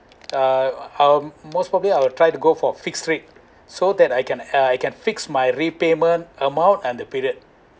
uh um most probably I will try to go for a fixed rate so that I can uh I can fix my repayment amount and the period